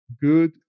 good